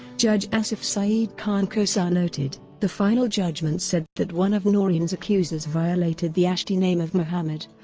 judge asif saeed khan khosa noted the final judgment said that one of noreen's accusers violated the ashtiname of muhammad,